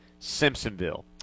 simpsonville